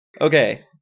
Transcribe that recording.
Okay